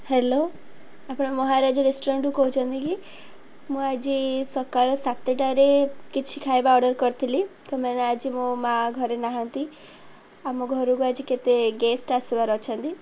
hello ଆପଣ ମହାରାଜା ରେଷ୍ଟୁରାଣ୍ଟରୁ କହୁଛନ୍ତି କି ମୁଁ ଆଜି ସକାଳ ସାତଟାରେ କିଛି ଖାଇବା ଅର୍ଡ଼ର କରିଥିଲି ତ ମାନେ ଆଜି ମୋ ମା ଘରେ ନାହାନ୍ତି ଆମ ଘରକୁ ଆଜି କେତେ ଗେଷ୍ଟ ଆସିବାର ଅଛନ୍ତି